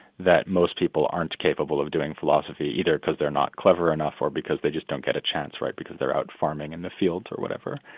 that most people aren't capable of doing philosophy, either because they're not clever enough or because they just don't get a chance, right, because they're out farming in the fields, or whatever.